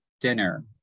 dinner